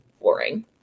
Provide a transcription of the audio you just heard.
boring